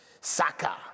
Saka